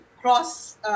cross